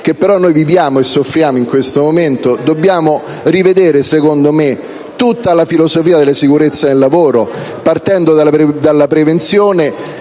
che però noi viviamo e soffriamo in questo momento, dobbiamo rivedere secondo me tutta la filosofia della sicurezza sul lavoro, partendo dalla prevenzione